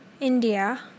India